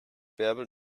bärbel